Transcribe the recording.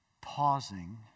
pausing